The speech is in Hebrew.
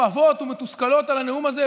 כואבות ומתוסכלות על הנאום הזה,